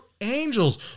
angels